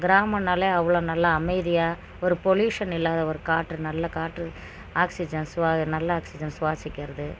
கிராமம்னாலே அவ்வளோ நல்லா அமைதியாக ஒரு பொல்யூஷன் இல்லாத ஒரு காற்று நல்ல காற்று ஆக்ஸிஜனை சுவா நல்ல ஆக்ஸிஜனை சுவாசிக்கிறது